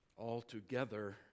altogether